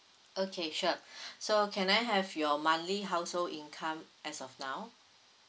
okay sure so can I have your monthly household income as of now